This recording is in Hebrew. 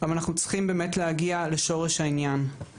אבל אנחנו צריכים באמת להגיע לשורש העניין,